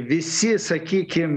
visi sakykim